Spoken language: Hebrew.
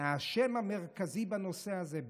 האשם המרכזי בנושא הזה,